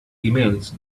emails